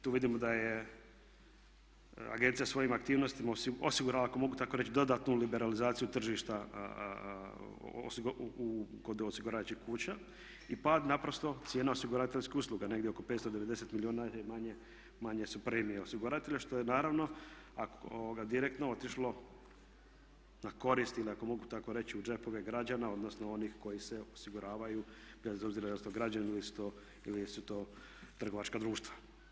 Tu vidimo da je agencija svojim aktivnostima osigurala ako mogu tako reći dodatnu liberalizaciju tržišta kod osiguravajućih kuća i pad naprosto cijena osiguravateljskih usluga, negdje oko 590 milijuna manje su premije osiguratelja što je naravno direktno otišlo na korist ili ako mogu tako reći u džepove građana odnosno onih koji se osiguravaju bez obzira jesu li to građani ili su to trgovačka društva.